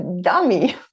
Dummy